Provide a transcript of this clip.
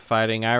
Fighting